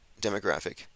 demographic